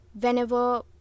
whenever